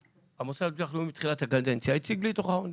המוסד לביטוח לאומי בתחילת הקדנציה הציג לי את דוח העוני.